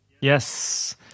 Yes